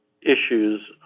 issues